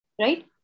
right